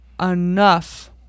enough